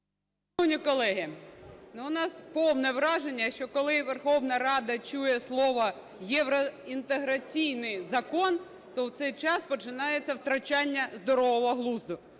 Шановні колеги, ну, в нас повне враження, що коли Верховна Рада чує слово "євроінтеграційний закон", то в цей час починається втрачання здорового глузду.